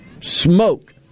smoke